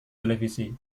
televisi